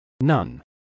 None